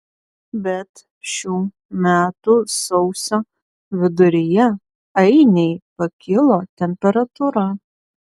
bet šių metų sausio viduryje ainei pakilo temperatūra